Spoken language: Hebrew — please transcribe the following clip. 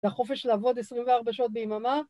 לחופש לעבוד עשרים וארבע שעות ביממה.